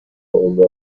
عمر